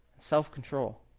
self-control